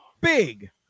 Big